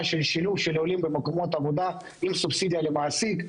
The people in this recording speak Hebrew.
שילוב עולים במקומות עבודה עם סובסידיה למעסיקים.